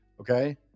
Okay